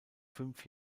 fünf